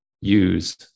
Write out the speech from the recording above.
use